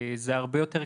זה הרבה יותר קשה,